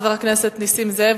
חבר הכנסת נסים זאב,